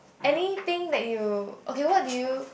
anything that you okay what do you